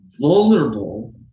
vulnerable